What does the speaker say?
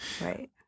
right